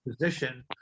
position